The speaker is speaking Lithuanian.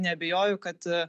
neabejoju kad